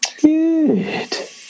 Good